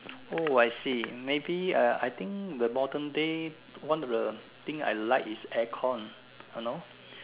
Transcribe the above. oh I see maybe uh I think the modern day one of the thing I like is aircon you know